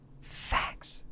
Facts